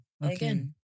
again